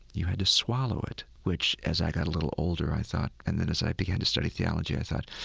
you had to swallow it. which as i got a little older i thought and then as i began to study theology i thought,